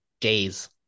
days